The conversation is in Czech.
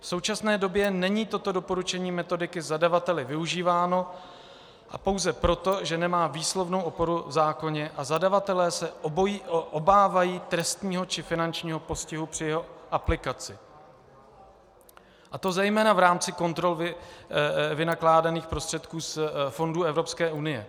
V současné době není toto doporučení metodiky zadavateli využíváno pouze proto, že nemá výslovnou oporu v zákoně a zadavatelé se obávají trestního či finančního postihu při jeho aplikaci, a to zejména v rámci kontrol vynakládaných prostředků z fondů Evropské unie.